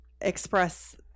express